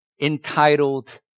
entitled